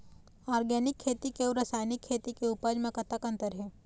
Organic खेती के अउ रासायनिक खेती के उपज म कतक अंतर हे?